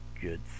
good